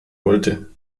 wollte